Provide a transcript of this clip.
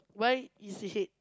why is it head